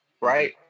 right